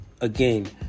again